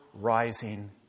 rising